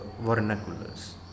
vernaculars